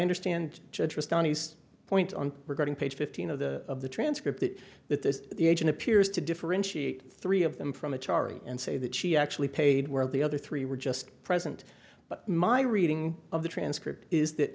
understand danny's point on regarding page fifteen of the of the transcript that the the agent appears to differentiate three of them from a charge and say that she actually paid where the other three were just present but my reading of the transcript is that